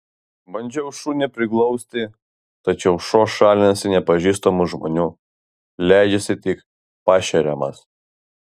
bandžiau šunį priglausti tačiau šuo šalinasi nepažįstamų žmonių leidžiasi tik pašeriamas